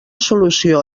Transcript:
solució